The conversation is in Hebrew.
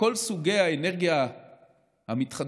מכל סוגי האנרגיה המתחדשת